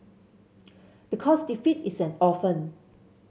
because defeat is an orphan